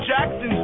Jackson